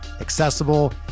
accessible